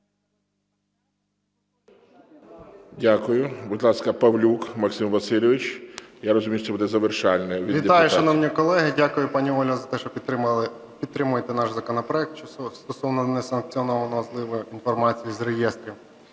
Дякую. Будь ласка, Павлюк Максим Васильович. Я розумію, що це буде завершальне від фракції. 11:34:45 ПАВЛЮК М.В. Вітаю, шановні колеги. Дякую, пані Ольго, за те, що підтримуєте наш законопроект стосовно несанкціонового зливу інформації з реєстрів.